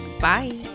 Bye